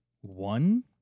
one